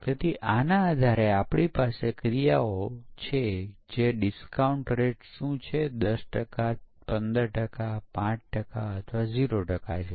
પરંતુ તેમ છતાં આ એક મોટી સહાય છે કેપ્ચર અને રિપ્લે ટૂલ એ પરીક્ષણમાં મોટી સહાય છે